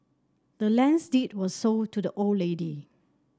the land's deed was sold to the old lady